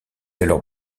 alors